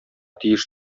тиеш